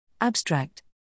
Abstract